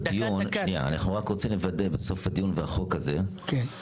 אנחנו רק רוצים לוודא בסוף הדיון והחוק הזה,